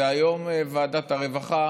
והיום ועדת הרווחה